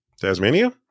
Tasmania